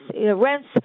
rents